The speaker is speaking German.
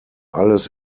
alles